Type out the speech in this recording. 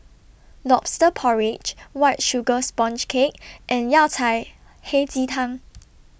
Lobster Porridge White Sugar Sponge Cake and Yao Cai Hei Ji Tang